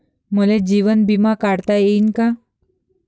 मले जीवन बिमा काढता येईन का?